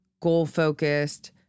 goal-focused